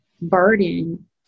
burden